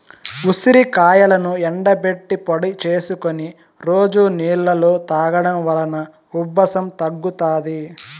ఉసిరికాయలను ఎండబెట్టి పొడి చేసుకొని రోజు నీళ్ళలో తాగడం వలన ఉబ్బసం తగ్గుతాది